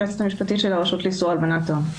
היועצת המשפטית של הרשות לאיסור הלבנת הון.